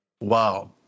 wow